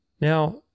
Now